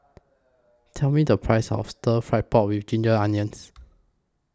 Tell Me The Price of Stir Fried Pork with Ginger Onions